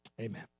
Amen